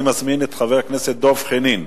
אני מזמין את חבר הכנסת דב חנין.